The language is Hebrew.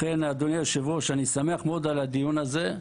לכן, אדוני היושב-ראש, אני שמח מאוד על הדיון הזה,